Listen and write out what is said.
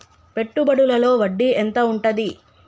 పెట్టుబడుల లో వడ్డీ ఎంత ఉంటది?